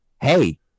hey